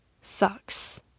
sucks